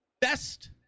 best